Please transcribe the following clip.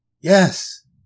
Yes